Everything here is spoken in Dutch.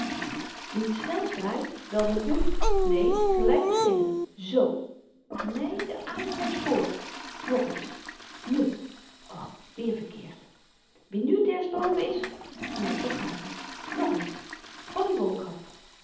t snelste draait wel me dunkt neen gelyk beginnen z neen de arend was vr nogeens nu och weer verkeerd wie nu t eerst boven is neen dat gaat niet nogeens van die wolk af